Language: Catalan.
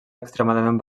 extremadament